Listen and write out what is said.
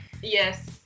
Yes